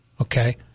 Okay